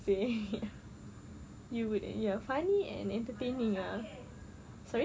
say you would ya funny and entertaining ah sorry